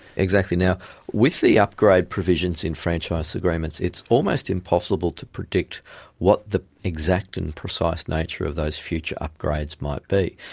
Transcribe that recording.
exactly. with the upgrade provisions in franchise agreements it's almost impossible to predict what the exact and precise nature of those future upgrades might be.